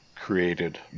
created